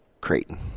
Creighton